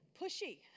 pushy